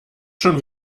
schon